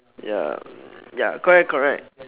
ya ya correct correct